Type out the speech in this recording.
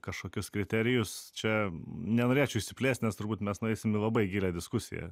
kažkokius kriterijus čia nenorėčiau išsiplėst nes turbūt mes nueisim į labai gilią diskusiją